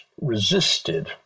resisted